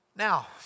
Now